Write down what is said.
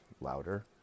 louder